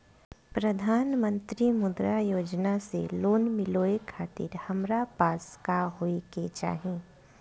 प्रधानमंत्री मुद्रा योजना से लोन मिलोए खातिर हमरा पास का होए के चाही?